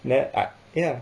then I ya